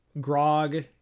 Grog